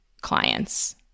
clients